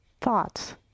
thoughts